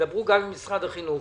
תדברו גם עם משרד החינוך,